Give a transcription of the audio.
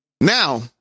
now